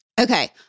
Okay